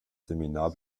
seminar